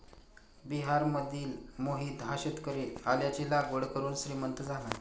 बिहारमधील मोहित हा शेतकरी आल्याची लागवड करून श्रीमंत झाला